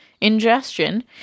ingestion